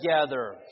together